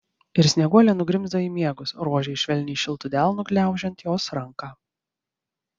ir snieguolė nugrimzdo į miegus rožei švelniai šiltu delnu gniaužiant jos ranką